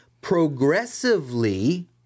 progressively